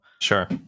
Sure